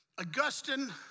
Augustine